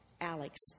Alex